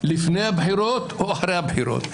לפני הבחירות או אחרי הבחירות,